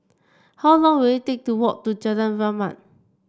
how long will it take to walk to Jalan Rahmat